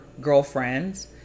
girlfriends